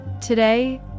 Today